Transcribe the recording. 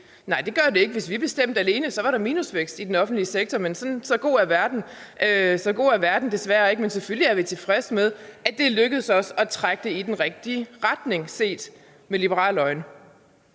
Nej, det gør det ikke. Hvis vi bestemte alene, var der minusvækst i den offentlige sektor, men så god er verden desværre ikke. Men vi er selvfølgelig tilfredse med, at det set med liberale øjne er lykkedes os at trække det i den rigtige retning. Kl. 15:06 Formanden